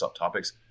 subtopics